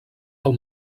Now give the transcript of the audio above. del